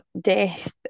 death